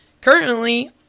Currently